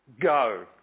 go